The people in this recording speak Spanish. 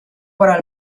para